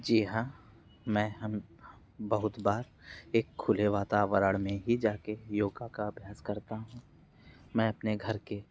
जी हाँ मैं हम बहुत बार एक खुले वातावरण में ही जाकर योगा का अभ्यास करता हूँ मैं अपने घर के